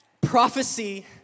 Prophecy